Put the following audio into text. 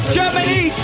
Germany